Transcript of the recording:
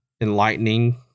enlightening